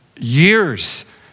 years